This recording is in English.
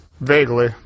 vaguely